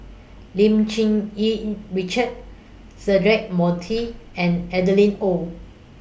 Lim Cherng Yih Richard Cedric Monteiro and Adeline Ooi